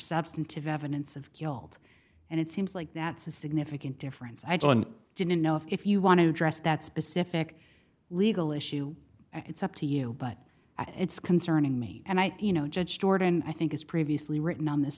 substantive evidence of guilt and it seems like that's a significant difference i john didn't know if you want to address that specific legal issue it's up to you but i think it's concerning me and i you know judge jordan i think is previously written on th